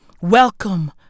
Welcome